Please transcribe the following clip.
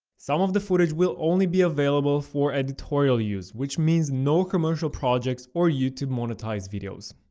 some of the footage will only be available for editorial use, which means no commercial projects or youtube monetised videos.